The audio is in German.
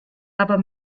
aber